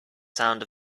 sound